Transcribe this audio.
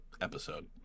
episode